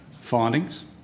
findings